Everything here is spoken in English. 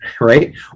right